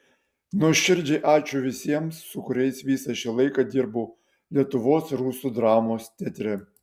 nuoširdžiai ačiū visiems su kuriais visą šį laiką dirbau lietuvos rusų dramos teatre